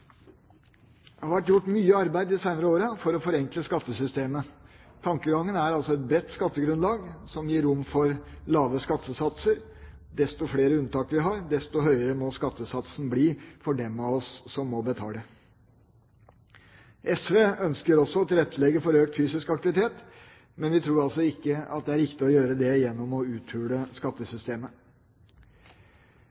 Det har vært gjort mye arbeid de senere årene for å forenkle skattesystemet – tankegangen er altså at et bredt skattegrunnlag gir rom for lave skattesatser, desto flere unntak vi har, desto høyere må skattesatsen bli for dem av oss som må betale. SV ønsker også å tilrettelegge for økt fysisk aktivitet, men vi tror ikke at det er riktig å gjøre det gjennom å uthule